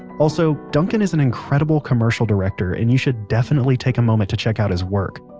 also, duncan is an incredible commercial director and you should definitely take a moment to check out his work.